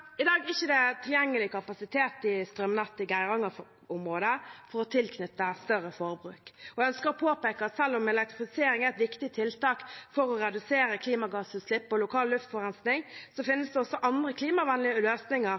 I dag er det ikke tilgjengelig kapasitet i strømnettet i Geirangerområdet til å tilknytte større forbruk. Jeg ønsker å påpeke at selv om elektrifisering er et viktig tiltak for å redusere klimagassutslipp og lokal luftforurensning, finnes det også andre klimavennlige løsninger